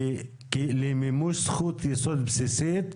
להצבעה למימוש זכות יסוד בסיסית,